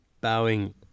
bowing